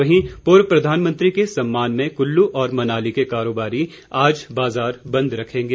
वहीं पूर्व प्रधानमंत्री के सम्मान में कुल्लू और मनाली के कारोबारी आज बाजार बंद रखेंगे